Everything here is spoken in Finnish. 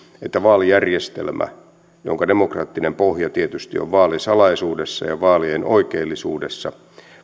että vaalijärjestelmä jonka demokraattinen pohja tietysti on vaalisalaisuudessa ja vaalien oikeellisuudessa